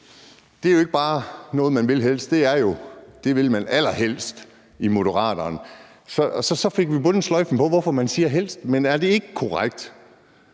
Det er jo ikke bare noget, man helst vil. Det er det, man allerhelst vil i Moderaterne, og så fik vi bundet sløjfen på, hvorfor man siger helst. Men er det ikke korrekt,